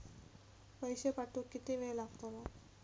पैशे पाठवुक किती वेळ लागतलो?